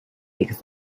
because